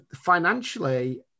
financially